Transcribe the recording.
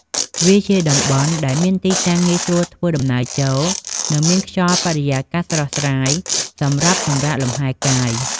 វាជាតំបន់ដែលមានទីតាំងងាយស្រួលធ្វើដំណើរចូល និងមានខ្យល់បរិយាកាសស្រស់ស្រាយសម្រាប់សម្រាកលំហែកាយ។